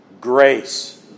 grace